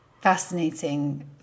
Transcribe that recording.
fascinating